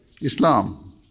Islam